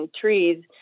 trees